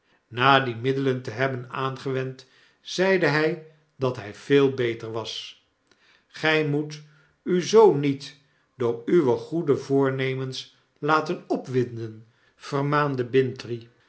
na die middelen te hebben aangewend zeide hij dat hy veel beter was gy moet u zoo niet door uwe goede voornemens laten opwinden vermaande